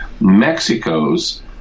Mexico's